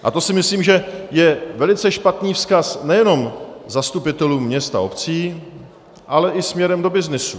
A to si myslím, že je velice špatný vzkaz nejenom zastupitelům měst a obcí, ale i směrem do byznysu.